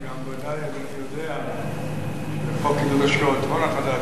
אדוני ודאי יודע שחוק עידוד השקעות הון החדש